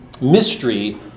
mystery